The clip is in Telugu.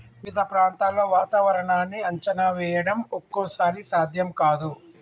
వివిధ ప్రాంతాల్లో వాతావరణాన్ని అంచనా వేయడం ఒక్కోసారి సాధ్యం కాదు